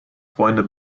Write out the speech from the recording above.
freunde